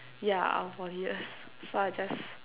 yeah um poly years so I just